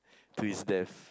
to his death